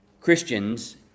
Christians